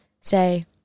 say